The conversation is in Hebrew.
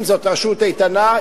אם זו רשות איתנה,